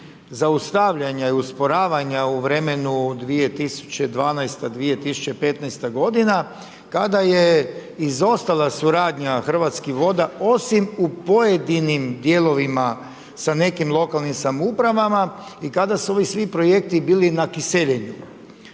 zaustavljanja i usporavanja u vremenu 2012.-2015. g. kada je izostala suradnja Hrvatskih voda, osim u pojedinim dijelovima spram nekim lokalnim samoupravama i kada su ovi svi projekti bili na kiseljenju.